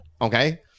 okay